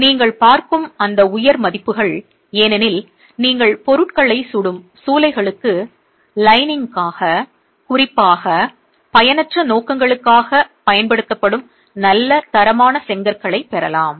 மேலே நீங்கள் பார்க்கும் அந்த உயர் மதிப்புகள் ஏனெனில் நீங்கள் பொருட்களை சுடும் சூளைகளுக்கு லைனிங்காக குறிப்பாக பயனற்ற நோக்கங்களுக்காகப் பயன்படுத்தப்படும் நல்ல தரமான செங்கற்களைப் பெறலாம்